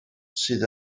sydd